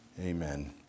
Amen